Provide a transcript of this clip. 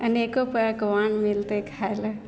अनेको पकवान मिलतै खाइले